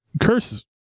Curse